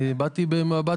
באתי במבט